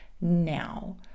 now